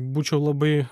būčiau labai